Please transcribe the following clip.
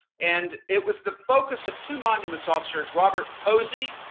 and it was the focus of two monuments officers, robert posey,